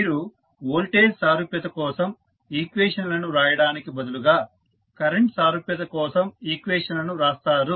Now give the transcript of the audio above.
మీరు వోల్టేజ్ సారూప్యత కోసం ఈక్వేషన్ లను వ్రాయడానికి బదులుగా కరెంట్ సారూప్యత కోసం ఈక్వేషన్ లను వ్రాస్తారు